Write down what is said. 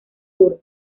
sur